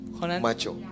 Macho